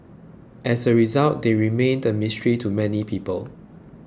as a result they remain a mystery to many people